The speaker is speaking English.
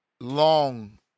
long